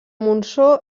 monsó